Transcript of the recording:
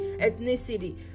ethnicity